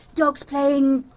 dogs playing,